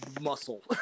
muscle